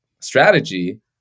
strategy